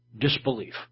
disbelief